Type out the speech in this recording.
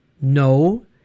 No